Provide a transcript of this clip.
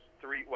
three